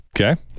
Okay